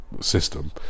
system